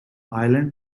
island